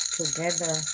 together